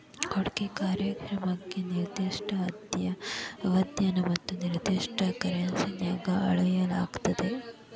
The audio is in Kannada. ಹೂಡ್ಕಿ ಕಾರ್ಯಕ್ಷಮತೆಯನ್ನ ನಿರ್ದಿಷ್ಟ ಅವಧ್ಯಾಗ ಮತ್ತ ನಿರ್ದಿಷ್ಟ ಕರೆನ್ಸಿನ್ಯಾಗ್ ಅಳೆಯಲಾಗ್ತದ